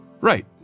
Right